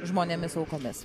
žmonėmis aukomis